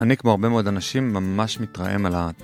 אני כמו הרבה מאוד אנשים ממש מתרעם על ה..